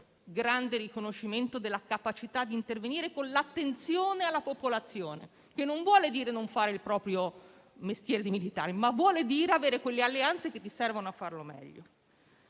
grande riconoscimento della loro capacità di intervenire con attenzione verso la popolazione, che non vuol dire non fare il proprio mestiere di militari, ma vuol dire avere quelle alleanze che servono a farlo meglio.